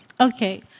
Okay